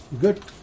Good